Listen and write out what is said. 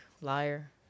liar